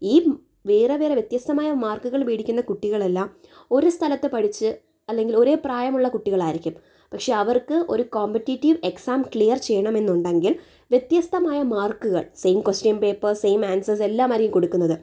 ഈ വേറെ വേറെ വ്യത്യസ്തമായ മാർക്കുകൾ മേടിക്കുന്ന കുട്ടികൾ എല്ലാം ഒരു സ്ഥലത്ത് പഠിച്ചു അല്ലെങ്കിൽ ഒരേ പ്രായമുള്ള കുട്ടികൾ ആയിരിക്കും പക്ഷേ അവർക്ക് ഒരു കോമ്പറ്റിറ്റീവ് എക്സാം ക്ലിയർ ചെയ്യണമെന്നുണ്ടെങ്കിൽ വ്യത്യസ്തമായ മാർക്കുകൾ same question paper same answers എല്ലാമായിരിക്കും കൊടുക്കുന്നത്